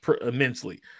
immensely